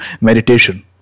meditation